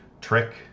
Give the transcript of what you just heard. trick